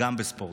גם בספורט.